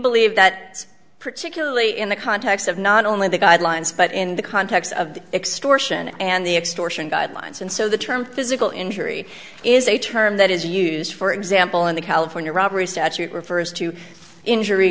believe that particularly in the context of not only the guidelines but in the context of the extortion and the extortion guidelines and so the term physical injury is a term that is used for example in the california robbery statute refers to injury